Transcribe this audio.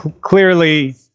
clearly